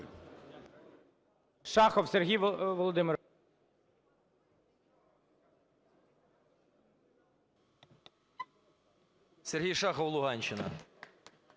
Сергій Шахов, Луганщина.